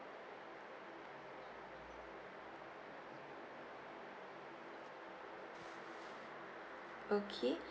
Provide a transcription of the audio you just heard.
okay